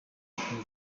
akwiye